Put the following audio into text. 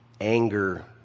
anger